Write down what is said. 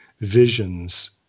visions